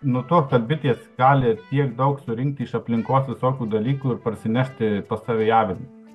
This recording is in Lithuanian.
nutuokt kad bitės gali tiek daug surinkt iš aplinkos visokių dalykų ir parsinešti pas save avilį